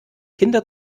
kinder